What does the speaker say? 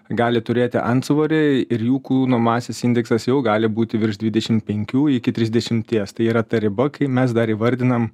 gali turėti antsvorį ir jų kūno masės indeksas jau gali būti virš dvidešim penkių iki trisdešimties tai yra ta riba kai mes dar įvardinam